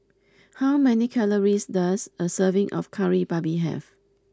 how many calories does a serving of Kari Babi have